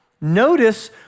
Notice